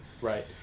right